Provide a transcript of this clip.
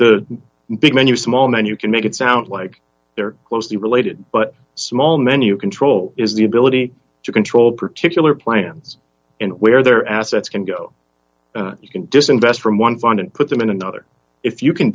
the big menu small menu can make it sound like they're closely related but small menu control is the ability to control particular plans in where their assets can go you can disinvest from one fund and put them in another if